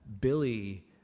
Billy